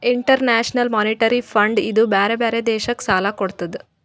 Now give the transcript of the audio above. international monetary fund ಇದೂ ಬ್ಯಾರೆ ಬ್ಯಾರೆ ದೇಶಕ್ ಸಾಲಾ ಕೊಡ್ತುದ್